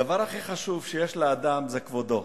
הדבר הכי חשוב שיש לאדם זה כבודו.